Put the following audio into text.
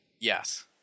Yes